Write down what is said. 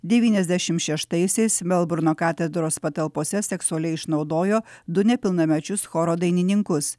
devyniasdešimt šeštaisiais melburno katedros patalpose seksualiai išnaudojo du nepilnamečius choro dainininkus